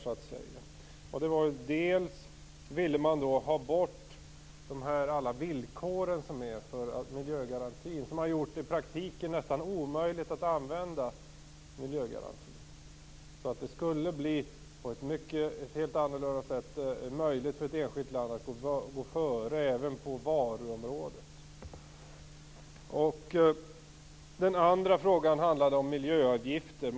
Först och främst ville man ha bort alla villkor som finns för miljögarantin, och som i praktiken har gjort det nästan omöjligt att använda den. Det skulle då på ett helt annorlunda sätt bli möjligt för ett enskilt land att gå före, även på varuområdet. Den andra frågan handlade om miljöavgifter.